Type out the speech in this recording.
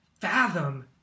fathom